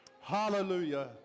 Hallelujah